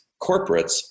corporates